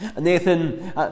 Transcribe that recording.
Nathan